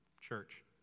church